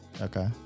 Okay